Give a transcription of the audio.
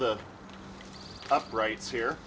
the uprights here